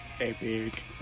epic